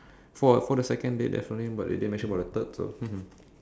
for for the second date that's only but they didn't mention about the third so